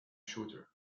shooter